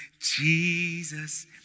Jesus